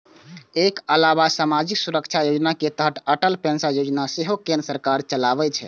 एकर अलावा सामाजिक सुरक्षा योजना के तहत अटल पेंशन योजना सेहो केंद्र सरकार चलाबै छै